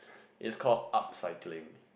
is called art cycling